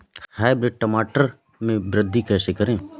Hybrid टमाटर में वृद्धि कैसे करें?